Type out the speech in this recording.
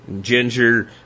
ginger